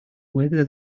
whether